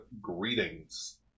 greetings